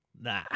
Nah